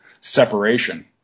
separation